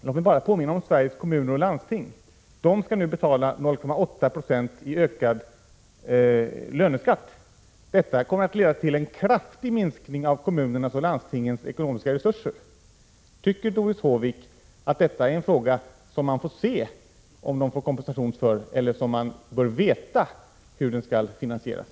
Jag vill bara påminna om Sveriges kommuner och landsting. De skall nu betala 0,8 96 i ökad löneskatt. Detta kommer att leda till en kraftig minskning av kommunernas och landstingens ekonomiska resurser. Tycker Doris Håvik att detta är något som man senare får avgöra om de skall få kompensation för eller som man bör veta hur det skall finansieras?